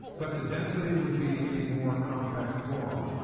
but the density would be in a more compact form.